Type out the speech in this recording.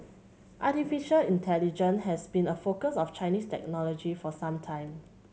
artificial intelligence has been a focus of Chinese technologist for some time